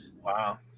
Wow